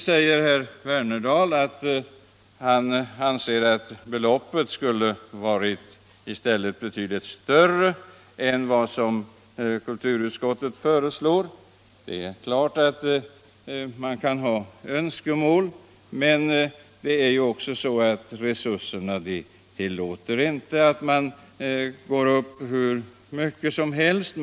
Herr Wernerdal ansåg att beloppet borde ha varit betydligt större än vad kulturutskottet föreslår, och där kan man givetvis ha önskemål. Men resurserna tillåter inte att man höjer hur mycket som helst.